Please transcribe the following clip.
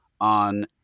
on